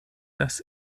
das